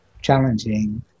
challenging